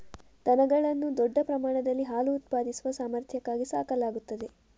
ದನಗಳನ್ನು ದೊಡ್ಡ ಪ್ರಮಾಣದಲ್ಲಿ ಹಾಲು ಉತ್ಪಾದಿಸುವ ಸಾಮರ್ಥ್ಯಕ್ಕಾಗಿ ಸಾಕಲಾಗುತ್ತದೆ